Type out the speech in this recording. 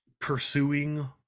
pursuing